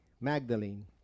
Magdalene